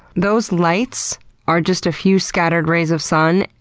those lights are just a few scattered rays of sun.